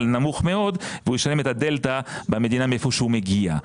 נמוך מאוד והוא ישלם את הדלתא במדינה ממנה הוא מגיע.